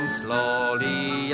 slowly